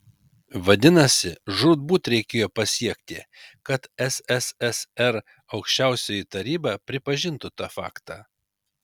vadinasi žūtbūt reikėjo pasiekti kad sssr aukščiausioji taryba pripažintų tą faktą